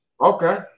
Okay